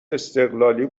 استقلالی